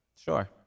Sure